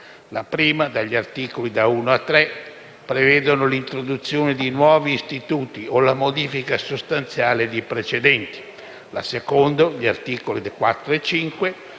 la prima (articoli da 1 a 3), che prevede l'introduzione di nuovi istituti o la modifica sostanziale di precedenti; la seconda (articoli 4 e 5),